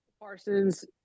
Parsons